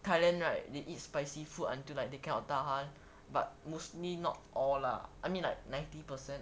thailand right they eat spicy food until like they cannot tahan but mostly not all lah I mean like ninety percent